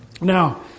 Now